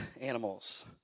animals